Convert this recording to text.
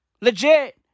Legit